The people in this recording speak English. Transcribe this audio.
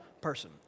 person